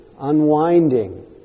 unwinding